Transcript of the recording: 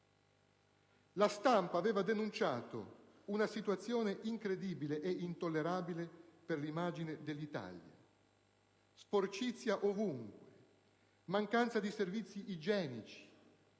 La stampa aveva denunciato una situazione incredibile ed intollerabile per l'immagine dell'Italia: sporcizia ovunque, mancanza di servizi igienici,